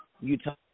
Utah